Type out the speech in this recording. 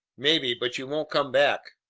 maybe, but you won't come back!